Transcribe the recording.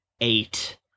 eight